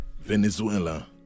Venezuela